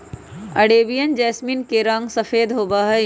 Arabian jasmine के रंग सफेद होबा हई